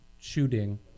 shooting